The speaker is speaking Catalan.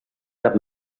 cap